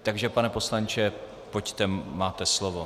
Takže pane poslanče, pojďte, máte slovo.